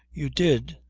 you did.